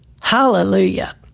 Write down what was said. Hallelujah